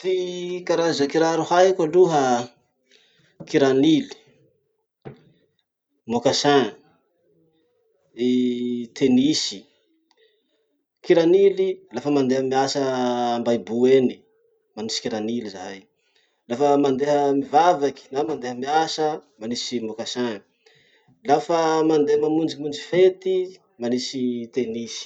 Ty karaza kiraro haiko aloha: kiranily, moccassin, iii tennis. Kiranily lafa mandeha miasa ambahibo eny, manisy kiranily zahay. Lafa mandeha mivavaky na mandeha miasa, manisy mocassin. Lafa mandeha mamonjimonjy fety manisy tennis.